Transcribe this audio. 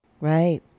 Right